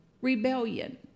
rebellion